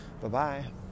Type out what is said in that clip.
Bye-bye